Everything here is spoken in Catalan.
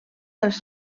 dels